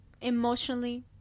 Emotionally